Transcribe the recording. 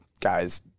guys –